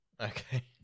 Okay